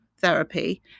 therapy